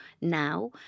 Now